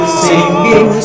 singing